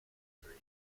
degree